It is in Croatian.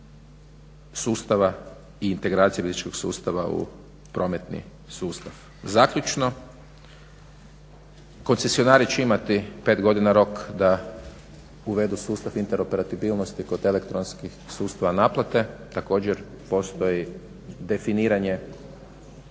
i integracije biciklističkog sustava u prometni sustav. Zaključno. Koncesionari će imati pet godina rok da uvedu sustav interoperabilnosti kod elektronskih sustava naplate, također postoji definiranje